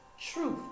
truth